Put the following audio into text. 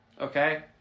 okay